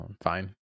fine